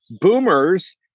boomers